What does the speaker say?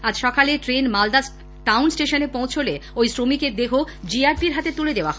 আজ সকালে train Malda town স্টেশনে পৌঁছলে ঐ শ্রমিকের দেহ জিআরপি র হাতে তুলে দেওয়া হয়